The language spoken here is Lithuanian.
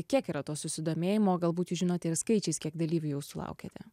kiek yra to susidomėjimo galbūt jūs žinote ir skaičiais kiek dalyvių jau sulaukėte